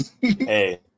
hey